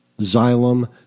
Xylem